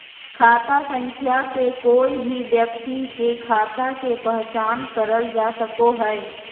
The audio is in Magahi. खाता संख्या से कोय भी व्यक्ति के खाता के पहचान करल जा सको हय